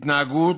התנהגות,